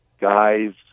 guys